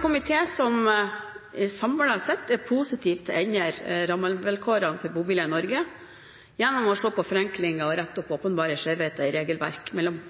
Komitéen er samlet sett positiv til å endre rammevilkårene for bobiler i Norge gjennom å se på forenklinger og rette opp åpenbare skjevheter i regelverk mellom